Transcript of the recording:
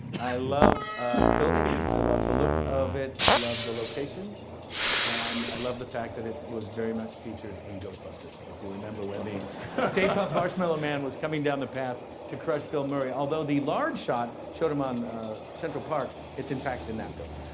i love the building, i love the look of it, i love the location and i love the fact that it was very much featured in ghostbusters, if you remember when the the stay puft marshmallow man was coming down the path to crush bill murray. although, the large shot showed him on central park. it's, in fact, in that building.